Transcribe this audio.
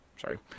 Sorry